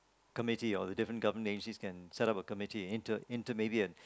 committee or the different government agencies can set up a committee inter~ maybe a